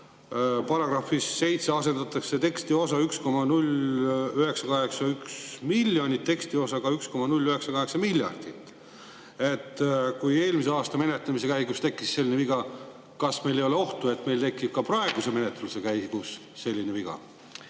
et §-s 7 asendatakse tekstiosa "1,0981 miljonit" tekstiosaga "1,0981 miljardit". Kui eelmise aasta eelarve menetlemise käigus tekkis selline viga, kas meil ei ole ohtu, et meil tekib ka praeguse menetluse käigus selline viga?